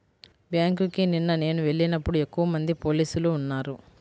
బ్యేంకుకి నిన్న నేను వెళ్ళినప్పుడు ఎక్కువమంది పోలీసులు ఉన్నారు